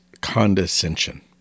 condescension